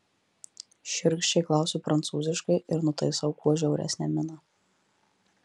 šiurkščiai klausiu prancūziškai ir nutaisau kuo žiauresnę miną